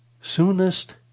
soonest